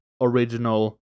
original